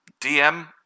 DM